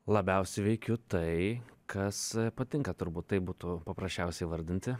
labiausiai veikiu tai kas patinka turbūt taip būtų paprasčiausia įvardinti